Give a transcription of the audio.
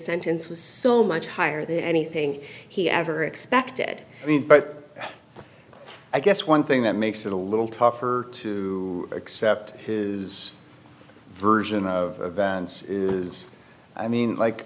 sentence was so much higher than anything he ever expected but i guess one thing that makes it a little tougher to accept his version of events is i mean like